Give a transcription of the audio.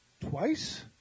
twice